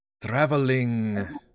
traveling